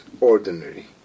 ordinary